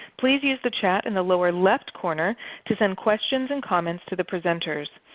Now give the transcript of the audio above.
please use the chat in the lower left corner to send questions and comments to the presenters.